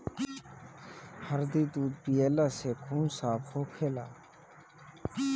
हरदी दूध पियला से खून साफ़ होखेला